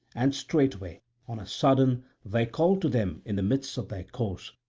and straightway on a sudden there called to them in the midst of their course,